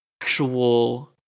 actual